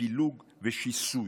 לפילוג ושיסוי,